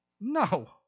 No